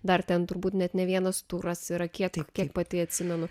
dar ten turbūt net ne vienas turas yra kiek tai kiek pati atsimenu